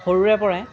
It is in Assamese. সৰুৰে পৰাই